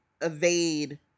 evade